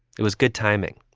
it was good timing.